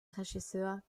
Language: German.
regisseur